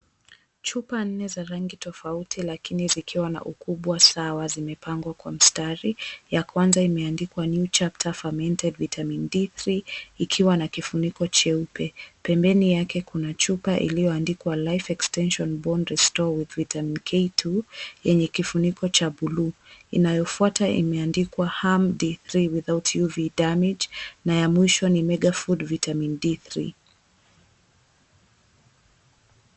Chipa nne za rangi tofauti lakini zikiwa na ukubwa sawa zimepangwa kwa mstari. Ya kwanza imeandikwa new chapter fermented vitamin D3 ikiwa na kifuniko cheupe. Pembeni yake kuna chupa iliyoandikwa life extension bone restore with vitamin K2 yenye kifuniko cha buluu. Inayofuata imeandikwa harm D3 without UV damage , na ya mwisho ni mega food vitamin D3 .